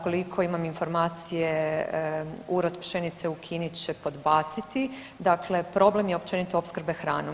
Koliko imam informacije urod pšenice u Kini će podbaciti, dakle problem je općenito opskrbe hranom.